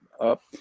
up